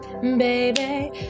Baby